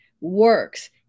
works